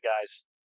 guys